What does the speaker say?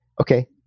Okay